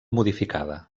modificada